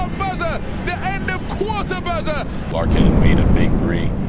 the the end of quarter buzzer! larkin made a big three,